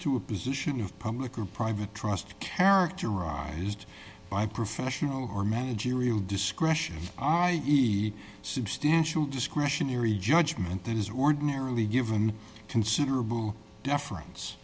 to a position of public or private trust characterized by professional or managerial discretion i eat a substantial discretionary judgment that is ordinarily given considerable deference